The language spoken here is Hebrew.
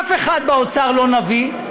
אף אחד באוצר איננו נביא.